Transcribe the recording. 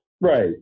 Right